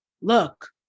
look